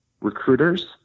recruiters